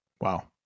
Wow